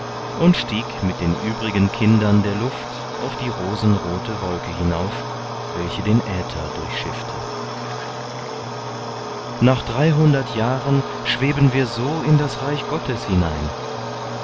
und stieg mit den übrigen kindern der luft auf die rosenrote wolke hinauf welche den äther durchschiffte nach dreihundert jahren schweben wir so in das reich gottes hinein